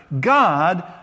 God